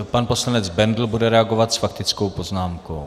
Pan poslanec Bendl bude reagovat s faktickou poznámkou.